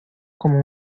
como